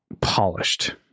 polished